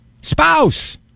Spouse